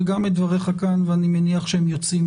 וגם את דבריך כאן ואני מניח שהם יוצאים